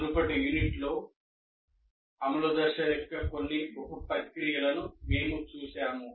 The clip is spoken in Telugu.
మునుపటి యూనిట్లో అమలు దశ యొక్క కొన్ని ఉప ప్రక్రియ లను మేము చూశాము